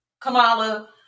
Kamala